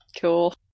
Cool